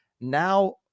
now